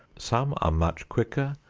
some are much quicker,